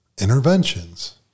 Interventions